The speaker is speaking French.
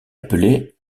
appelée